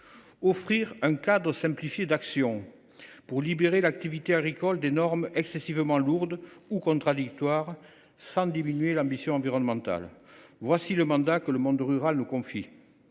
Offrir un cadre simplifié d’action, pour libérer l’activité agricole de normes excessivement lourdes ou contradictoires, sans diminuer l’ambition environnementale : voilà le mandat que le monde rural nous confie.